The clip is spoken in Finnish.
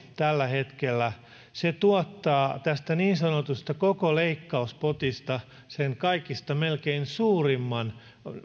tällä hetkellä yksityinen puoli tuottaa koko tästä niin sanotusta leikkauspotista kaikista melkein suurimman